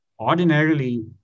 Ordinarily